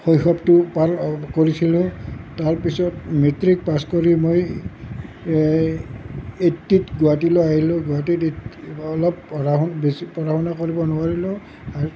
শৈশৱটো পাৰ কৰিছিলোঁ তাৰপিছত মেট্ৰিক পাছ কৰি মই এইট্টিত গুৱাহাটীলৈ আহিলোঁ গুৱাহাটীত অলপ পঢ়া বেছি পঢ়া শুনা কৰিব নোৱাৰিলো